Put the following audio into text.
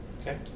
Okay